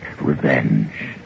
revenge